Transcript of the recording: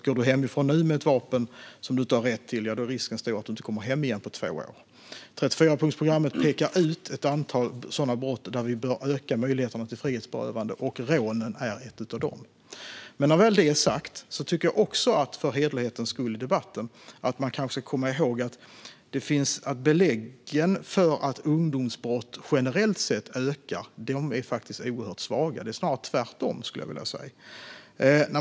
Går du nu hemifrån med ett vapen som du inte har rätt till är risken stor att du inte kommer hem igen på två år. 34-punktsprogrammet pekar ut ett antal brott där vi bör öka möjligheterna till frihetsberövande, och rån är ett av dem. Men när detta väl är sagt tycker jag också att man för hederlighetens skull i debatten ska komma ihåg att beläggen för att ungdomsbrott generellt sett ökar faktiskt är oerhört svaga. Det är snarare tvärtom, skulle jag vilja säga.